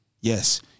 yes